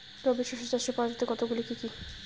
রবি শস্য চাষের পদ্ধতি কতগুলি কি কি?